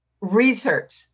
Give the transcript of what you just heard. research